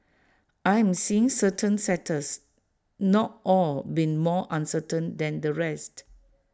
I am seeing certain sectors not all being more uncertain than the rest